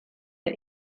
der